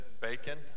bacon